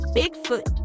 bigfoot